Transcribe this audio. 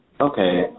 Okay